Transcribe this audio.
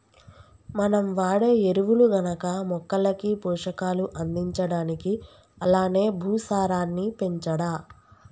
మనం వాడే ఎరువులు గనక మొక్కలకి పోషకాలు అందించడానికి అలానే భూసారాన్ని పెంచడా